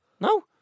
No